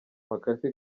mccarthy